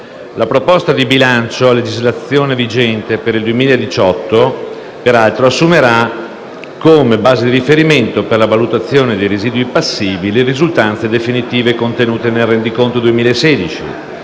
La proposta di bilancio a legislazione vigente per il 2018 assumerà, tra l'altro, come base di riferimento per la valutazione dei residui passivi, le risultanze definitive contenute nel rendiconto 2016,